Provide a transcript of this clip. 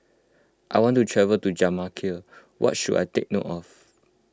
I want to travel to Jamaica what should I take note of